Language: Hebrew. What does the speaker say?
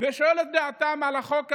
ושואל את דעתם על החוק הזה,